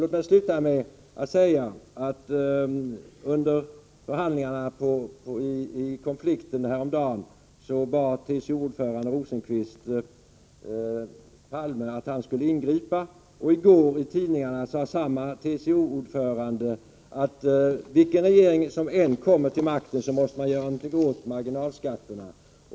Låt mig till slut säga att TCO-ordföranden Rosengren under förhandlingarna i konflikten för en tid sedan bad Palme att ingripa. I går sade samme TCO-ordförande enligt tidningarna att vilken regering som än kommer till makten måste den göra något åt marginalskatterna.